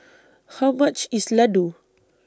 How much IS Laddu